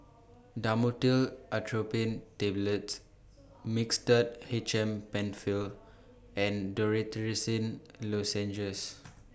Dhamotil Atropine Tablets Mixtard H M PenFill and Dorithricin Lozenges